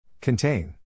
Contain